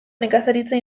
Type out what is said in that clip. nekazaritza